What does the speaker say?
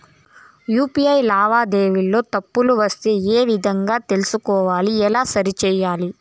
UPI లావాదేవీలలో తప్పులు వస్తే ఏ విధంగా తెలుసుకోవాలి? ఎలా సరిసేయాలి?